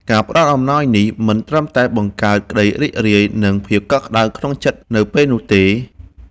ការផ្តល់អំណោយនេះមិនត្រឹមតែបង្កើតក្តីរីករាយ និងភាពកក់ក្ដៅក្នុងចិត្តនៅពេលនោះទេ